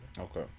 Okay